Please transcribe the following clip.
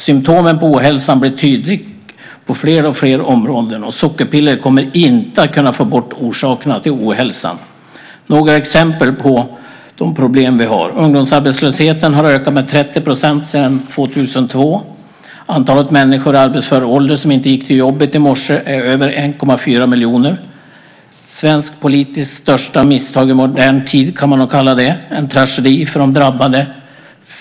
Symtomen på ohälsan blir tydliga på fler och fler områden, och sockerpiller kommer inte att få bort orsakerna till ohälsan. Jag ska ge några exempel på de problem vi har. Ungdomsarbetslösheten har ökat med 30 % sedan 2002. Antalet människor i arbetsför ålder som inte gick till jobbet i morse är över 1,4 miljoner. Det är svensk politiks största misstag i modern tid - en tragedi för de drabbade.